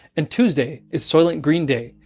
and tuesday is soylent green day,